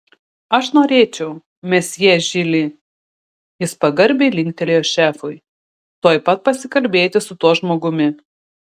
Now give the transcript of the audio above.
aš norėčiau mesjė žili jis pagarbiai linktelėjo šefui tuoj pat pasikalbėti su tuo žmogumi